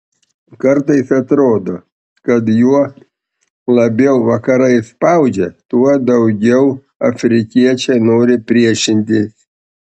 kartais atrodo kad juo labiau vakarai spaudžia tuo daugiau afrikiečiai nori priešintis